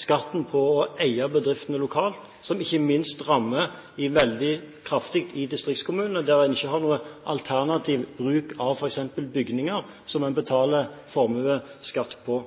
skatten på eierbedriftene lokalt, som ikke minst rammer veldig kraftig i distriktskommunene, der de ikke har noe alternativ bruk av f.eks. bygninger som man betaler formuesskatt på.